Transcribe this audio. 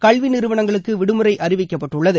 கல்வி நிறுவனங்களுக்கு விடுமுறை அறிவிக்கப்பட்டுள்ளது